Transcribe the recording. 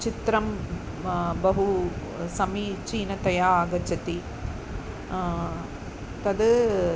चित्रं बहु समीचीनतया आगच्छति तद्